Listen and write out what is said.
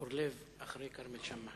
חבר הכנסת אורלב אחרי חבר הכנסת כרמל שאמה,